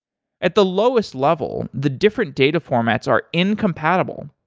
at the lowest level, the different data formats are incompatible.